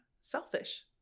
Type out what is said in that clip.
selfish